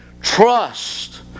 trust